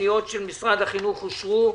הפניות של משרד החינוך אושרו.